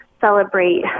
celebrate